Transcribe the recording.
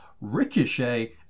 Ricochet